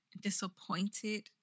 disappointed